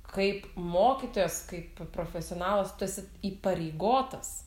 kaip mokytojas kaip p profesionalas tu esi įpareigotas